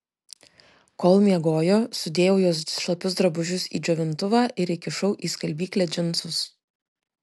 kol miegojo sudėjau jos šlapius drabužius į džiovintuvą ir įkišau į skalbyklę džinsus